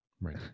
right